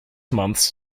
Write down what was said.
months